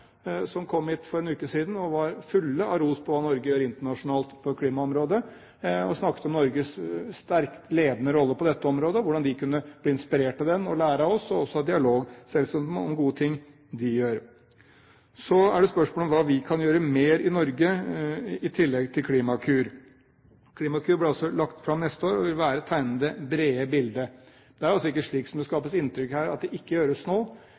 som kom hit for en uke siden, og var fulle av ros for hva Norge gjør internasjonalt på klimaområdet. Man snakket om Norges sterkt ledende rolle på dette området, og hvordan de kunne bli inspirert og lære av oss, men også selvsagt ha dialog om gode ting som de gjør. Så er det spørsmål om hva vi kan gjøre mer i Norge i tillegg til Klimakur. Klimakur blir altså lagt fram neste år og vil tegne det brede bildet. Det er altså ikke slik som det skapes inntrykk av her, at det ikke gjøres